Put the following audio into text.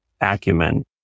acumen